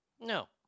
No